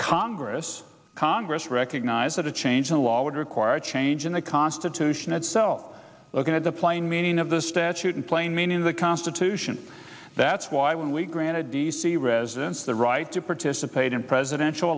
congress congress recognize that a change in the law would require a change in the constitution itself look at the plain meaning of the statute and plain meaning of the constitution that's why when we granted d c residents the right to participate in presidential